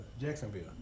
Jacksonville